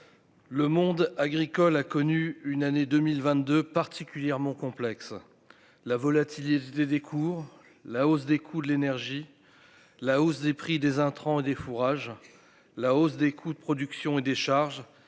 le monde agricole a connu une année 2022 particulièrement complexe, la volatilité des cours, la hausse des coûts de l'énergie, la hausse des prix des intrants des fourrages, la hausse des coûts de production et des charges